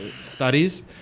studies